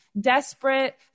Desperate